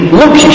look